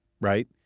right